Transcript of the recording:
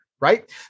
right